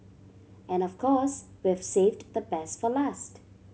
and of course we've saved the best for last